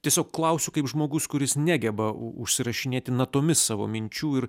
tiesiog klausiu kaip žmogus kuris negeba užsirašinėti natomis savo minčių ir